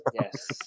yes